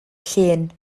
llun